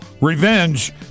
revenge